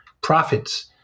profits